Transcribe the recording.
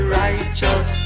righteous